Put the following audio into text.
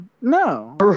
No